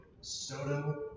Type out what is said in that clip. Soto